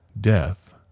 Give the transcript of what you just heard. death